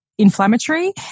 inflammatory